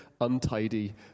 untidy